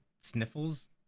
sniffles